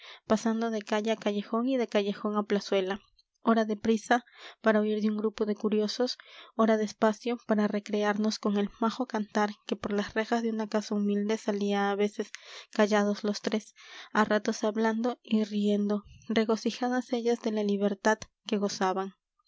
pasando de calle a callejón y de callejón a plazuela ora de prisa para huir de un grupo de curiosos ora despacio para recrearnos con el majo cantar que por las rejas de una casa humilde salía a veces callados los tres a ratos hablando y riendo regocijadas ellas de la libertad que gozaban